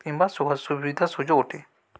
କିମ୍ବା ସୁବିଧା ସୁଯୋଗ ଅଟେ